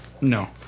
No